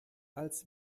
als